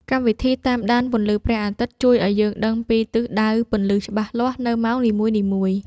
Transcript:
កម្មវិធីតាមដានពន្លឺព្រះអាទិត្យ ជួយឱ្យយើងដឹងពីទិសដៅពន្លឺច្បាស់លាស់នៅម៉ោងនីមួយៗ។